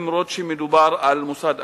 אף-על-פי שמדובר על מוסד אקדמי.